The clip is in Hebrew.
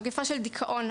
מגפה של דיכאון.